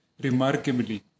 remarkably